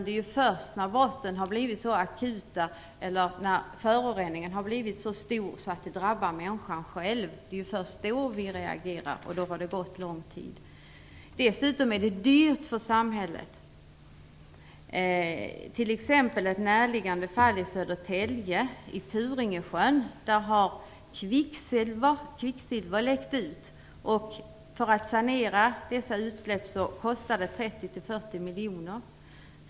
Det är först när brotten har blivit så akuta eller föroreningen blivit så stor att den drabbar människan själv, som vi reagerar. Då har det gått för lång tid. Dessutom är det dyrt för samhället. Jag kan nämna ett närliggande fall i Södertälje. I Turingesjön har kvicksilver läckt ut. Att sanera utsläppen kostar 30-40 miljoner kronor.